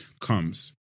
comes